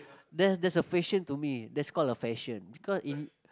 there's there's a fashion to me that's called a fashion because in